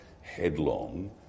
headlong